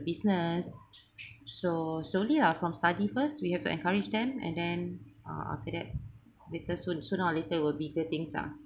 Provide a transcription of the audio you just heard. business so slowly lah from study first we have to encourage them and then uh after that later soon soon or later will be getting some